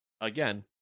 Again